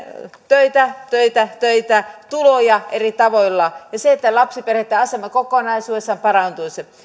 töitä töitä töitä ja tuloja eri tavoilla ja niin lapsiperheitten asema kokonaisuudessaan parantuisi